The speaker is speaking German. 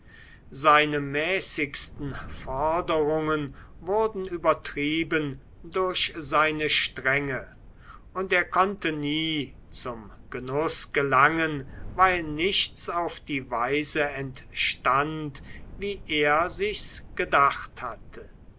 seine mäßigsten forderungen wurden übertrieben durch seine strenge und er konnte nie zum genuß gelangen weil nichts auf die weise entstand wie er sich's gedacht hatte